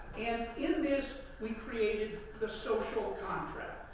and in this, we created the social contract.